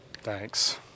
Thanks